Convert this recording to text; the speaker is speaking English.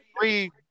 three